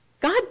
God